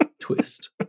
twist